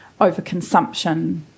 overconsumption